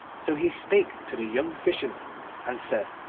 so he spake to the young fisherman and said,